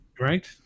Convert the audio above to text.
Right